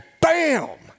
bam